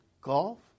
golf